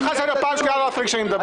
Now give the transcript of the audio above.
לך לסדר פעם שנייה לא להפריע לי כשאני מדבר.